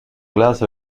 glace